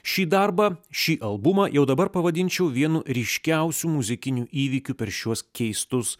šį darbą šį albumą jau dabar pavadinčiau vienu ryškiausių muzikinių įvykių per šiuos keistus